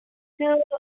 چلو